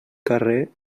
carrer